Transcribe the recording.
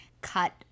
cut